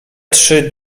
trzy